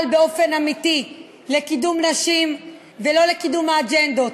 באופן אמיתי לקידום נשים ולא לקידום האג'נדות.